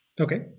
Okay